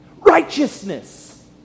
righteousness